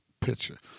picture